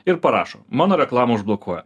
ir parašo mano reklamą užblokuoja